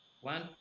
one